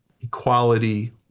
equality